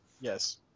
Yes